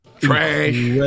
trash